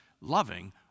loving